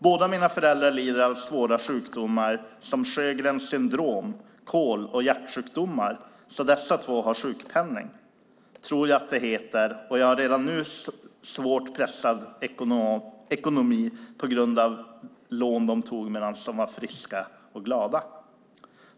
Båda mina föräldrar lider av svåra sjukdomar som Sjögrens syndrom, KOL och hjärtsjukdomar, så båda två har sjukpenning, tror jag att det heter, och har redan nu en svårt pressad ekonomi på grund av lån de tog medan de var friska och glada.